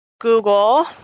Google